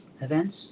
events